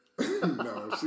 No